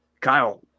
Kyle